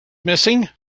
missing